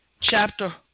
chapter